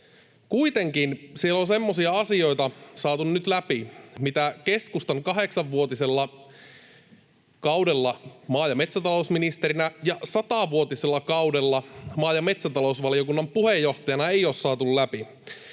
Kuitenkin siellä on semmoisia asioita saatu nyt läpi, mitä keskustan kahdeksanvuotisella kaudella maa- ja metsätalousministerinä ja satavuotisella kaudella maa- ja metsätalousvaliokunnan puheenjohtajana ei ole saatu läpi: